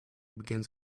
begins